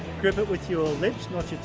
grip it with your lips not your